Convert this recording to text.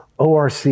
ORC